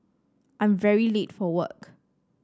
I'm very late for work